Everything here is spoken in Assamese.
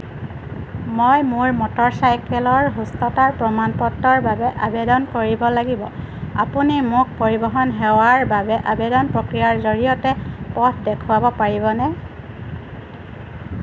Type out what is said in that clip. মই মই মটৰচাইকেলৰ সুস্থতাৰ প্ৰমাণপত্ৰৰ বাবে আবেদন কৰিব লাগিব আপুনি মোক পৰিবহণ সেৱাৰ বাবে আবেদন প্ৰক্ৰিয়াৰ জৰিয়তে পথ দেখুৱাব পাৰিবনে